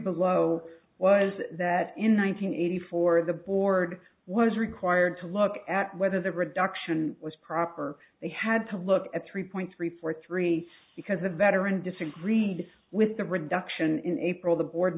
below was that in one nine hundred eighty four the board was required to look at whether the reduction was proper they had to look at three point three four three because the veteran disagreed with the reduction in april the board